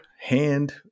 hand